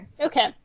Okay